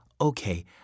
okay